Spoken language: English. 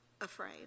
afraid